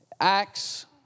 Acts